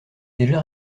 déjà